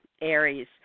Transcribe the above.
Aries